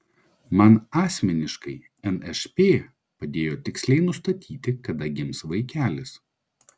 man asmeniškai nšp padėjo tiksliai nustatyti kada gims vaikelis